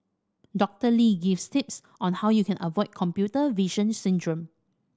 Doctor Lee gives tips on how you can avoid computer vision syndrome